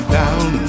down